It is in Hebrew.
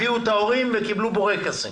הביאו את ההורים וקיבלו בורקסים.